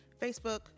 Facebook